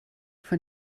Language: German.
von